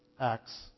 acts